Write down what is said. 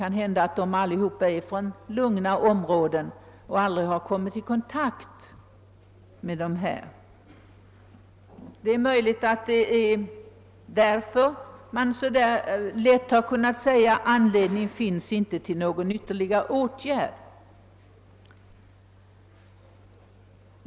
Kanhända är de allesamman från lugna områden och har aldrig kommit i kontakt med narkomaniproblemet och därför har lätt att säga att anledning inte finns till någon ytterligare åtgärd.